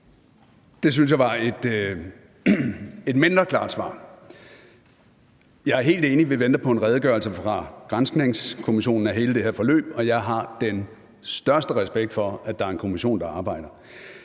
jeg var et mindre klart svar. Jeg er helt enig i, at vi venter på en redegørelse fra granskningskommissionen af hele det her forløb, og jeg har den største respekt for, at der er en kommission, der arbejder.